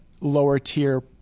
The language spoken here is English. lower-tier